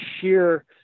sheer